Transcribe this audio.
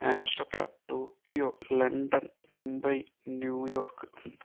Amsterdam Tokyo London Mumbai New York